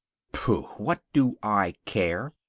pooh! what do i care?